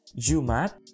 Jumat